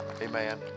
Amen